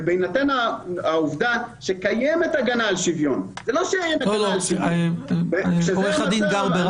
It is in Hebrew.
ובהינתן שקיימת הגנה על שוויון --- עורך הדין גרבר,